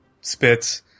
spits